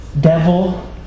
devil